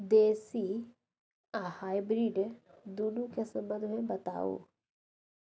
देसी आ हाइब्रिड दुनू के संबंध मे बताऊ?